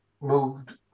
moved